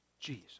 Jesus